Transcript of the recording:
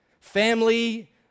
family